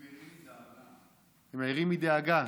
הם ערים מדאגה.